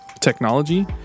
technology